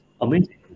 amazing